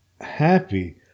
happy